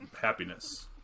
happiness